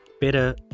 better